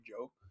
joke